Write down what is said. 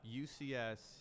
UCS